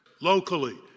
Locally